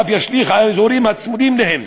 וזה אף ישליך על אזורים הצמודים להם.